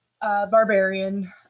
barbarian